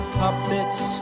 puppets